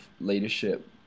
leadership